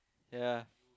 yep